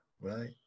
right